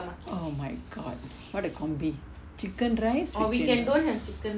oh my god what a combi chicken rice with chendol